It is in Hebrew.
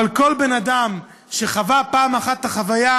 אבל כל בן אדם שחווה פעם אחת את החוויה